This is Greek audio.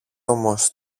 όμως